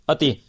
Ati